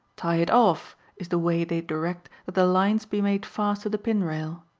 tie it off is the way they direct that the lines be made fast to the pin-rail.